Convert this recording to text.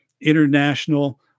international